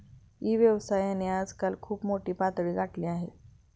E व्यवसायाने आजकाल खूप मोठी पातळी गाठली आहे